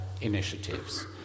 initiatives